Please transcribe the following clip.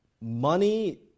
Money